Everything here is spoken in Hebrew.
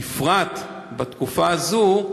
בפרט בתקופה הזאת,